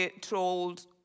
trolled